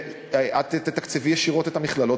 ואת תתקצבי ישירות את המכללות,